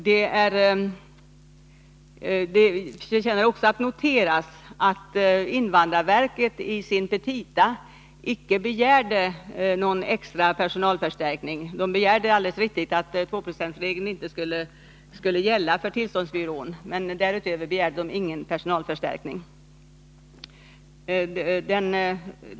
Det förtjänar också att noteras att invandrarverket i sin petita icke begärde någon extra personalförstärkning. Det är alldeles riktigt att man begärde att 2-procentsregeln inte skulle gälla för tillståndsbyrån, men därutöver begärde man ingen personalförstärkning.